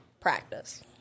practice